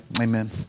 Amen